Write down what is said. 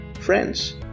friends